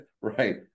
right